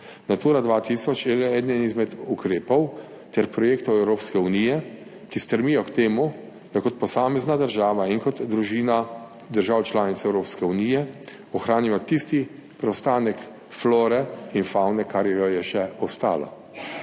Natura 2000 je le eden izmed ukrepov ter projektov Evropske unije, ki stremijo k temu, da kot posamezna država in kot družina držav članic Evropske unije ohranimo tisti preostanek flore in favne, kar jo je še ostalo.